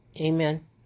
Amen